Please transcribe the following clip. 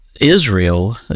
Israel